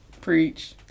preach